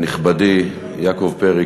נכבדי יעקב פרי,